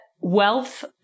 wealth